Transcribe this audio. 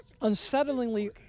unsettlingly